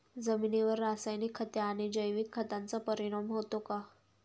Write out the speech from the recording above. जमिनीवर रासायनिक खते आणि जैविक खतांचा परिणाम होतो का?